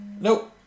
Nope